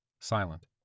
Silent